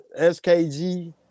SKG